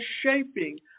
shaping